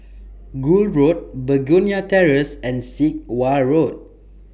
Gul Road Begonia Terrace and Sit Wah Road